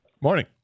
Morning